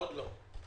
עוד לא.